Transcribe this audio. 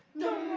know